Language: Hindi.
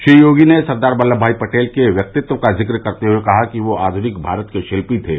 श्री योगी ने सरदार वल्लम भाई पटेल के व्यक्तित्व का ज़िक्र करते हुए कहा कि वह आधुनिक भारत के शिल्पी थे